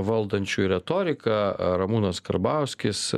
valdančiųjų retorika ramūnas karbauskis